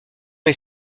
les